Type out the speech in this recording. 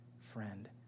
friend